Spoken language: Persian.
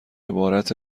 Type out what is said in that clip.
عبارت